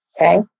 Okay